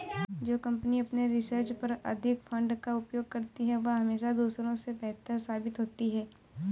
जो कंपनी अपने रिसर्च पर अधिक फंड का उपयोग करती है वह हमेशा दूसरों से बेहतर साबित होती है